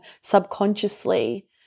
subconsciously